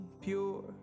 pure